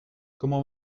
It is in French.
comment